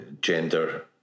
gender